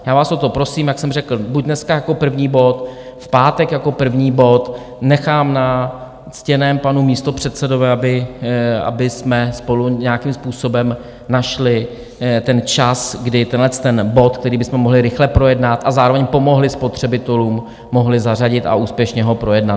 Já vás o to prosím, jak jsem řekl, buď dneska jako první bod, v pátek jako první bod, nechám na ctěném panu místopředsedovi, abychom spolu nějakým způsobem našli čas, kdy tenhleten bod, který bychom mohli rychle projednat a zároveň pomohli spotřebitelům, mohli zařadit a úspěšně ho projednat.